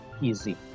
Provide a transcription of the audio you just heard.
easy